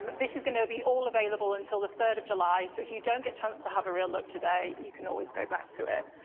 this is going to be all available until the third of july, so if you don't get a chance to have a real look today, you can always go back to it?